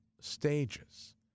stages